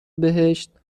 بهشت